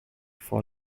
for